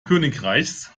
königreichs